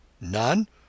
None